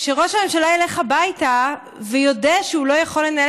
שראש הממשלה ילך הביתה ויודה שהוא לא יכול לנהל